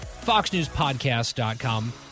foxnewspodcast.com